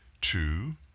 two